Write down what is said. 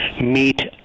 meet